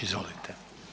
Izvolite.